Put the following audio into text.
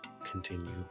continue